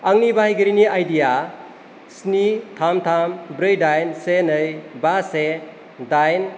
आंनि बायगिरिनि आइडिआ स्नि थाम थाम ब्रै दाइन से नै बा से दाइन